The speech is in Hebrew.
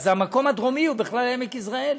אז המקום הדרומי הוא בכלל עמק יזרעאל,